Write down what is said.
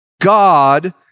God